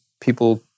people